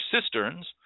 cisterns